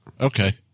Okay